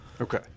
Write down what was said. okay